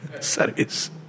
service